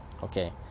Okay